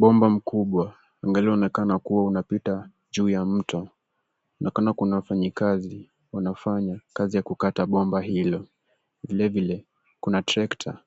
Bomba mkubwa angalao unaonekana kuwa unapita juu ya mto. Linaonekana kuna wafanyakazi wanafanya kazi ya kukata bomba hilo. Vile vile kuna tractor